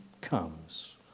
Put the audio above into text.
comes